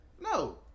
No